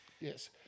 yes